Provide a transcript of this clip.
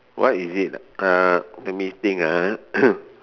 why is it uh let me think ah